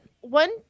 one